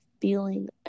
feeling